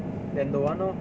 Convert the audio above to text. then don't want lor